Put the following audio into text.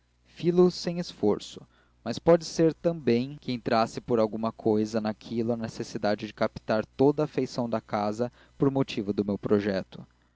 fi-lo sem esforço mas pode ser também que entrasse por alguma cousa naquilo a necessidade de captar toda a afeição da casa por motivo do meu projeto